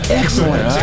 excellent